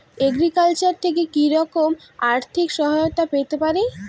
Agriculture থেকে কি রকম আর্থিক সহায়তা পেতে পারি?